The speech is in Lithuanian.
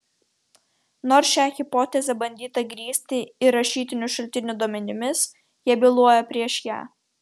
nors šią hipotezę bandyta grįsti ir rašytinių šaltinių duomenimis jie byloja prieš ją